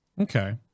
Okay